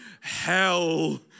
hell